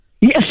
Yes